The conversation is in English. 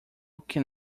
can